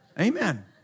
Amen